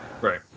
Right